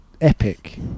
epic